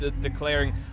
declaring